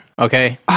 Okay